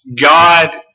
God